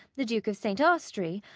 the duke of st. austrey,